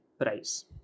price